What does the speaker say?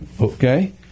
Okay